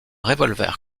revolver